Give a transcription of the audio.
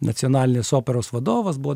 nacionalinės operos vadovas buvo